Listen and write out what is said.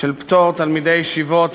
של פטור תלמידי ישיבות